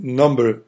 number